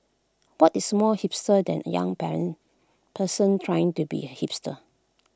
what is more hipster than A young parent person trying to be A hipster